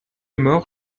morts